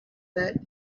that